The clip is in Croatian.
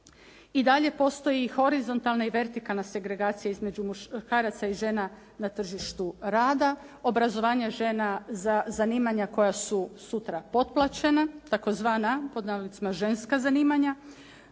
I dalje postoji horizontalna i vertikalna segregacija između muškaraca i žena na tržištu rada, obrazovanje žena za zanimanja koja su sutra potplaćena, tzv. "ženska zanimanja".